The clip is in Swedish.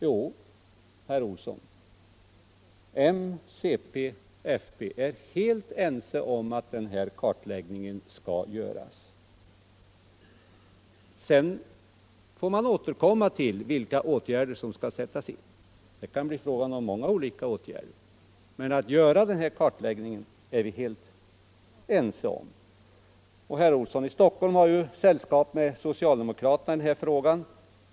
Jo, herr Olsson, m, cp och fp är helt ense om att den här kartläggningen skall göras. Sedan får man återkomma till vilka åtgärder som skall sättas in. Det kan bli fråga om många olika åtgärder, men att kartläggningen skall göras är vi som sagt helt överens om. Herr Olsson har ju sällskap med socialdemokraterna i den här frågan.